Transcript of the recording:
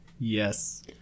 Yes